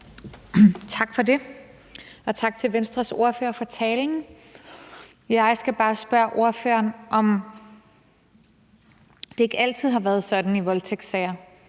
Tak for det, og tak til Venstres ordfører for talen. Jeg skal bare spørge ordføreren, om det ikke altid har været sådan i voldtægtssager,